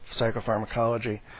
Psychopharmacology